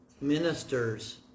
ministers